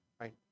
right